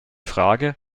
frage